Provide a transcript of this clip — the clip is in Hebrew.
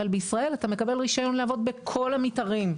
אבל בישראל אתה מקבל רישיון לעבוד בכל המתארים.